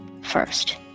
first